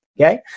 okay